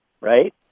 right